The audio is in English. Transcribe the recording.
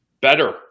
better